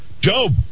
Job